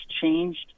changed